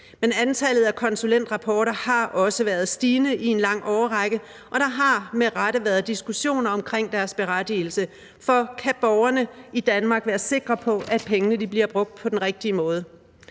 Men antallet af konsulentrapporter har også været stigende i en lang årrække, og der har med rette været diskussioner om deres berettigelse. For kan borgerne i Danmark være sikre på, at pengene bliver brugt på den rigtige måde?